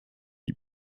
die